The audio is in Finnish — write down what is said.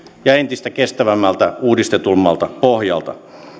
entistä kestävämmältä uudistetummalta pohjalta